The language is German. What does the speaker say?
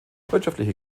wirtschaftliche